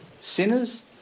sinners